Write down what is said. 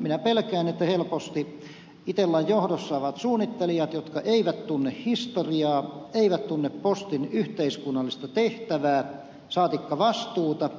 minä pelkään että helposti itellan johdossa ovat suunnittelijat jotka eivät tunne historiaa eivät tunne postin yhteiskunnallista tehtävää saatikka vastuuta